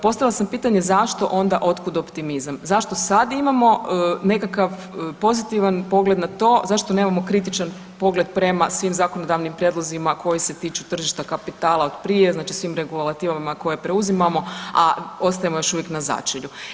Postavila sam pitanje zašto onda od kud optimizam, zašto sad imamo nekakav pozitivan nekakav pogled na to, zašto nemamo kritičan pogled prema svim zakonodavnim prijedlozima koji se tiču tržišta kapitala od prije, znači svim regulativama koje preuzimamo, a ostajemo još uvijek na začelju.